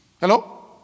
Hello